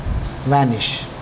vanish